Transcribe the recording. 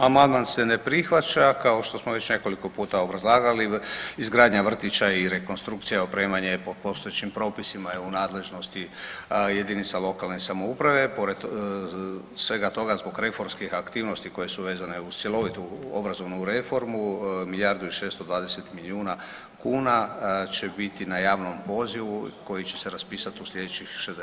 Amandman se ne prihvaća, kao što smo već nekoliko puta obrazlagali, izgradnja vrtića, rekonstrukcija i opremanje po postojećim propisima je u nadležnosti jedinica lokalne samouprave pored svega toga zbog reformskih aktivnosti koje su vezane uz cjelovitu obrazovnu reformu milijardu i 620 milijuna kuna će biti na javnom pozivu koji će se raspisati u sljedećih 60 dana.